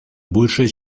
большая